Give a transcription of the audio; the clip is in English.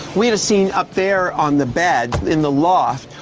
we had a scene up there on the bed, in the loft.